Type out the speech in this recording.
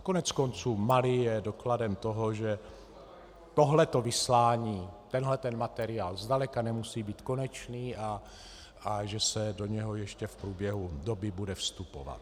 Koneckonců Mali je dokladem toho, že tohle vyslání, tento materiál zdaleka nemusí být konečný a že se do něho ještě v průběhu doby bude vstupovat.